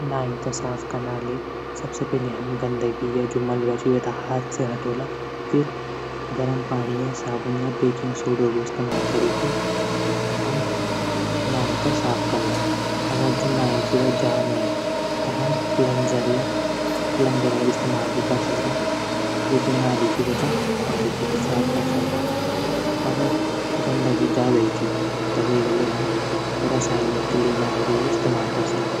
नाली तै साफ कनाली सबसे पैली हम गंदगी या मल वेथे हाथ से हटोला फिर गर्म पाणी या साबुन बैंकिंकसोडा कू इस्तेमाल कैरी की हम नाली तै साफ कला अर जू नाली जाम हूईं हम प्लेंजरो इस्तेमाल भी कर सकदा नाली थै खोली भी साफ कै सकदा। अगर गंदगी ज्यादा ही च त वे क लिए हम रसायनिक क्लीनर कू इस्तेमाल कर सकदा।